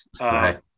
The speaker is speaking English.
Right